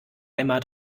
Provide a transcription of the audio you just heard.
einmal